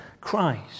Christ